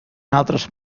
altres